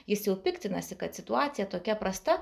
jis jau piktinasi kad situacija tokia prasta